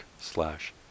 slash